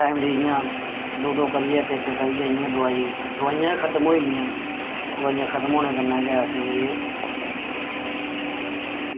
ते दो दो करियै इक इक करियै इ'यां दोआई दोआइयां खतम होई गेइयां दोआइयां खतम होने दे कन्नै गै असेंगी